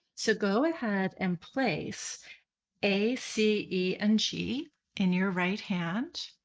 so go ahead and place a c e and g in your right hand.